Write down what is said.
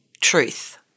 truth